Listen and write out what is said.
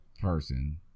person